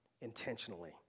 intentionally